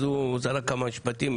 אז הוא זרק כמה משפטים,